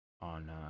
on